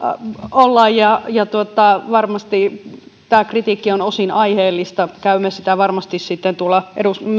ollaan ja varmasti tämä kritiikki on osin aiheellista käymme sitä varmasti sitten